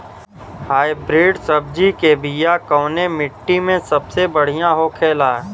Hybrid सब्जी के बिया कवने मिट्टी में सबसे बढ़ियां होखे ला?